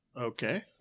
Okay